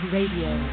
Radio